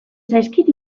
zaizkit